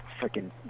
freaking